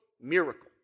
miracle